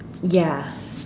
ya